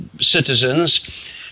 citizens